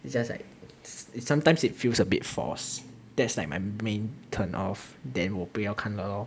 it's just like sometimes it feels a bit forced that's like my main turn off then 我不要看了 lor